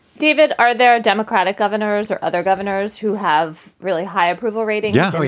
david, are there a democratic governors or other governors who have really high approval rating? yeah,